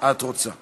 את רוצה.